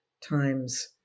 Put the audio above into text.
times